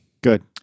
Good